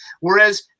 Whereas